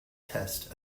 test